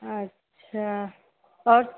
अच्छा